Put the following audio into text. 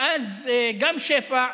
ואז גם שפע,